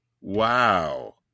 Wow